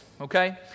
okay